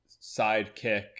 sidekick